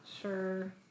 Sure